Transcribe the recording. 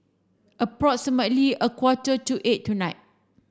approximately a quarter to eight tonight